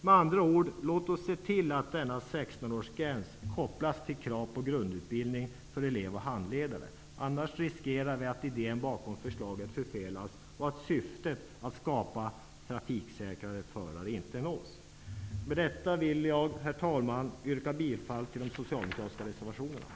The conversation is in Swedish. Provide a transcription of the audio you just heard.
Med andra ord: Låt oss se till att denna 16-årsgräns kopplas till kravet på grundutbildning för elev och handledare, för annars riskerar vi att idén bakom förslaget förfelas och att syftet -- att skapa trafiksäkrare förare -- inte uppnås. Med detta yrkar jag, herr talman, bifall till de socialdemokratiska reservationerna.